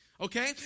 okay